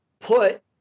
put